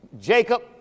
Jacob